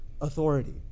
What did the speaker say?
authority